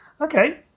Okay